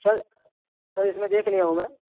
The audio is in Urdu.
سر سر اس میں دیکھ لیا ہوں میں